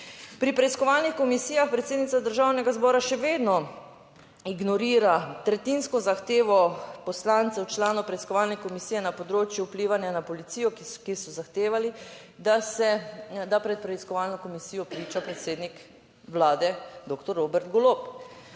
Pri preiskovalnih komisijah predsednica Državnega zbora še vedno ignorira tretjinsko zahtevo poslancev članov preiskovalne komisije na področju vplivanja na policijo, ki so zahtevali, da se da pred preiskovalno komisijo priča predsednik Vlade doktor Robert Golob.